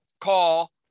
call